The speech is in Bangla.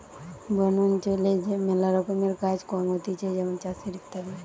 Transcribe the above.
বন অঞ্চলে যে ম্যালা রকমের কাজ কম হতিছে যেমন চাষের ইত্যাদি